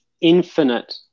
infinite